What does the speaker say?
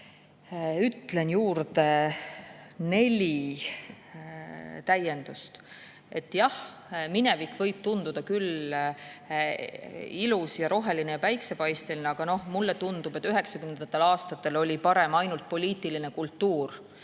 ütlen juurde neli täiendust. Jah, minevik võib tunduda küll ilus, roheline ja päiksepaisteline, aga mulle tundub, et 1990. aastatel oli parem ainult poliitiline kultuur.